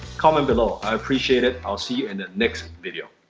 comment below. i appreciate it. i'll see you in the next video.